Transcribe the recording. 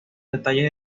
detalles